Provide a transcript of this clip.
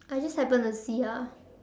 I just happen to see ah